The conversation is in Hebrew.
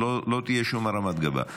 לא תהיה שום הרמת גבה.